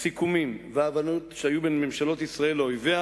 הסיכומים וההבנות שהיו בין ממשלות ישראל לאויביה